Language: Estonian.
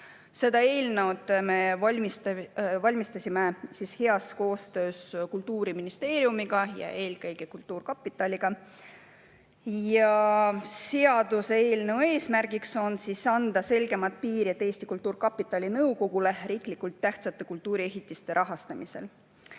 Seda eelnõu me valmistasime ette heas koostöös Kultuuriministeeriumiga ja eelkõige kultuurkapitaliga. Seaduseelnõu eesmärk on anda selgemad piirid Eesti Kultuurkapitali nõukogule riiklikult tähtsate kultuuriehitiste rahastamisel.